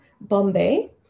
Bombay